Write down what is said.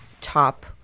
top